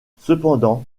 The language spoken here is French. cependant